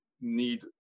need